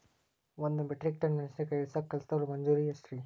ಒಂದ್ metric tonne ಮೆಣಸಿನಕಾಯಿ ಇಳಸಾಕ್ ಕೆಲಸ್ದವರ ಮಜೂರಿ ಎಷ್ಟ?